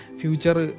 future